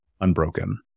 unbroken